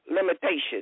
limitations